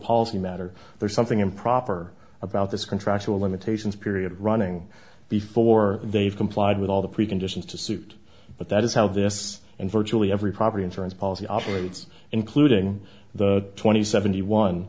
policy matter there's something improper about this contractual limitations period running before they've complied with all the preconditions to suit but that is how this and virtually every property insurance policy operates including the twenty seventy one